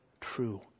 true